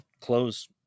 close